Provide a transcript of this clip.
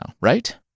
right